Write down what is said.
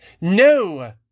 no